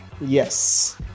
Yes